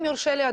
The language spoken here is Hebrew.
אם יורשה לי,